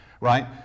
right